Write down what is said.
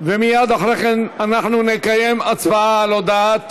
ומייד אחרי כן אנחנו נקיים הצבעה על הודעת